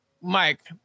Mike